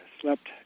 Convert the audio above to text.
slept